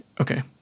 Okay